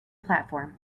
platform